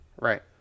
Right